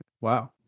Wow